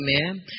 Amen